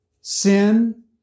sin